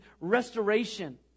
restoration